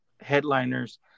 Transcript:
headliners